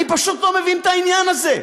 אני פשוט לא מבין את העניין הזה.